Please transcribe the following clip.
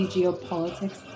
Geopolitics